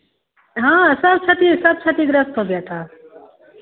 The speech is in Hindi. हाँ सब क्षति सब क्षतिग्रस्त हो गया था